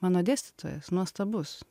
mano dėstytojas nuostabus